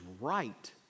right